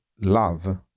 love